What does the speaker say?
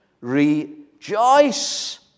Rejoice